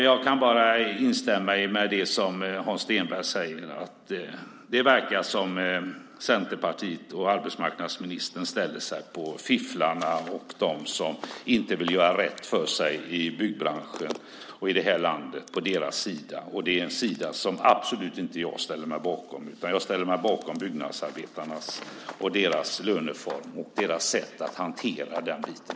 Jag kan bara instämma i det Hans Stenberg säger: Det verkar som om Centerpartiet och arbetsmarknadsministern ställer sig på samma sida som fifflarna och dem som inte vill göra rätt för sig i byggbranschen och det här landet. Det är en sida som jag absolut inte ställer mig på. Jag ställer mig bakom byggnadsarbetarna, deras löneform och deras sätt att hantera den biten.